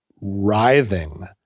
writhing